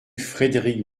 frédéric